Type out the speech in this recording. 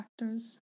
factors